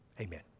Amen